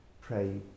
pray